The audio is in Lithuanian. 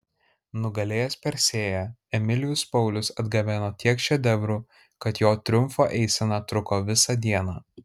nugalėjęs persėją emilijus paulius atgabeno tiek šedevrų kad jo triumfo eisena truko visą dieną